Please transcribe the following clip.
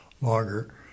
longer